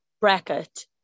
bracket